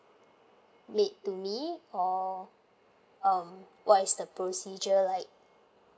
made to me or um what is the procedure like